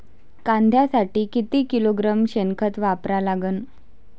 कांद्यासाठी किती किलोग्रॅम शेनखत वापरा लागन?